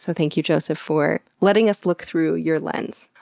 so thank you joseph for letting us look through your lens.